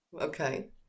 Okay